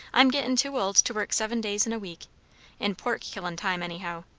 i'm gettin' too old to work seven days in a week in pork-killin' time, anyhow.